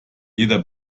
jeder